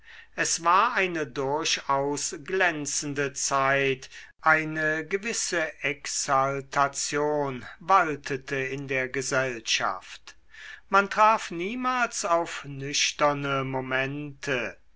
es war eine durchaus glänzende zeit eine gewisse exaltation waltete in der gesellschaft man traf niemals auf nüchterne momente